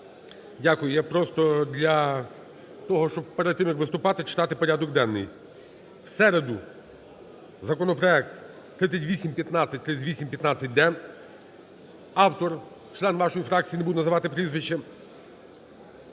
Дякую. Я просто для того, перед тим, як виступати, читати порядок денний. В середу законопроект 3815, 3815-д, автор - член вашої фракції, не буду називати прізвище,